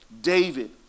David